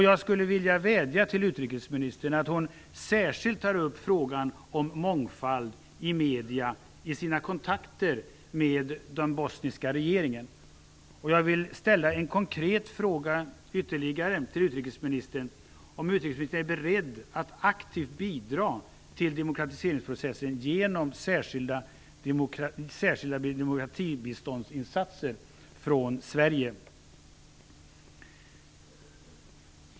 Jag skulle vilja vädja till utrikesministern att hon särskilt tar upp frågan om mångfald i medierna i sina kontakter med den bosniska regeringen. Jag vill ställa ytterligare en konkret fråga till utrikesministern om hon är beredd att aktivt bidra till demokratiseringsprocessen genom särskilda demokratibiståndsinsatser från Sverige.